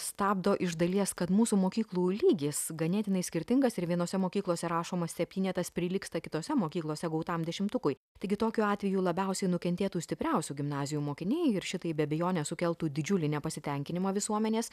stabdo iš dalies kad mūsų mokyklų lygis ganėtinai skirtingas ir vienose mokyklose rašomas septynetas prilygsta kitose mokyklose gautam dešimtukui taigi tokiu atveju labiausiai nukentėtų stipriausių gimnazijų mokiniai ir šitai be abejonės sukeltų didžiulį nepasitenkinimą visuomenės